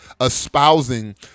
espousing